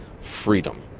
freedom